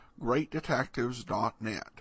greatdetectives.net